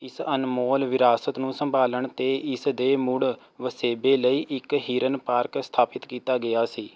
ਇਸ ਅਨਮੋਲ ਵਿਰਾਸਤ ਨੂੰ ਸੰਭਾਲਣ ਅਤੇ ਇਸ ਦੇ ਮੁੜ ਵਸੇਬੇ ਲਈ ਇੱਕ ਹਿਰਨ ਪਾਰਕ ਸਥਾਪਿਤ ਕੀਤਾ ਗਿਆ ਸੀ